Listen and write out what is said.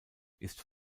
ist